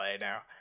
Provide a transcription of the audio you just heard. now